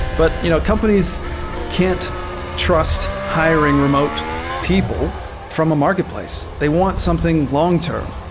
but you know companies can't trust hiring remote people from a marketplace. they want something long-term.